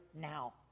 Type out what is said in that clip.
now